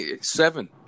seven